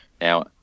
Now